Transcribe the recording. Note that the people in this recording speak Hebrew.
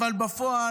אבל בפועל,